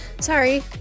Sorry